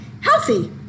healthy